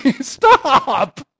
Stop